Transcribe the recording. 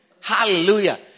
Hallelujah